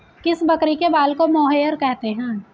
किस बकरी के बाल को मोहेयर कहते हैं?